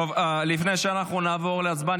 לפני שנעבור להצבעה,